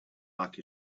like